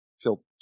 feel